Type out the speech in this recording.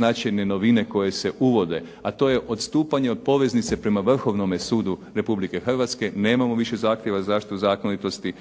značajne novine koje se uvode, a to je odstupanje od polaznice prema Vrhovnome sudu Republike Hrvatske nemamo više zahtjeva u zaštiti zakonitosti.